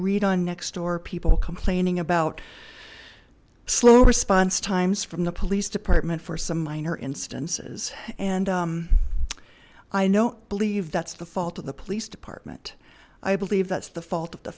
read on next door people complaining about slow response times from the police department for some minor instances and i know believe that's the fault of the police department i believe that's the fault